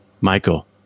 Michael